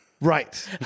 Right